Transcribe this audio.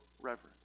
reverence